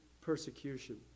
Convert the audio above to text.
persecution